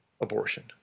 abortion